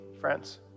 friends